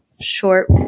short